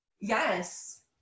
Yes